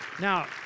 Now